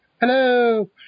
Hello